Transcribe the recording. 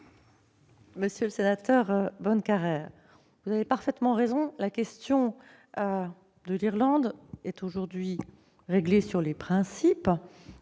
Monsieur le sénateur, vous avez parfaitement raison, la question de l'Irlande est aujourd'hui réglée sur les principes,